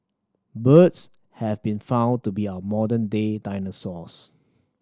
birds have been found to be our modern day dinosaurs